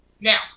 Now